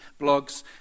blogs